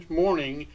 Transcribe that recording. morning